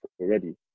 already